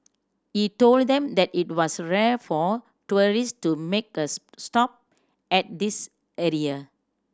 he told them that it was rare for tourist to make a stop at this area